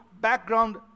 background